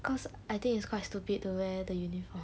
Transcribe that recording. cause I think it's quite stupid to wear the uniform